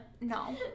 No